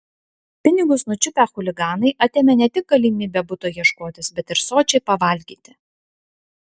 pinigus nučiupę chuliganai atėmė ne tik galimybę buto ieškotis bet ir sočiai pavalgyti